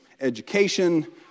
education